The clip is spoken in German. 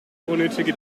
unnötige